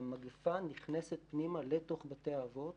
שהמגפה נכנסת פנימה לתוך בתי האבות